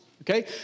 Okay